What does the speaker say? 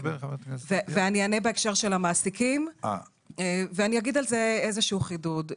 אני אענה בהקשר של המעסיקים ואגיד על זה איזה חידוד.